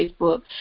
Facebook